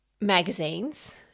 magazines